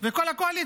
ואת כל הקואליציה.